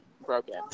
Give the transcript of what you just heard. broken